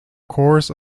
course